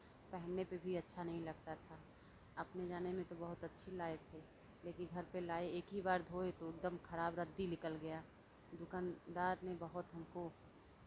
पहनने पे भी अच्छा नहीं लगता था अपने जानने में तो बहुत अच्छी लाये थे लेकिन घर पे लाये एक ही बार धोये तो एकदम खराब रद्दी निकल गया दुकनदार नें बहुत हमको